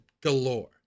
galore